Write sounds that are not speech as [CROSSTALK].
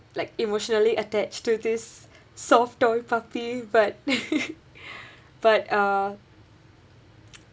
like emotionally attached to this soft toy puppy but [LAUGHS] but uh [NOISE]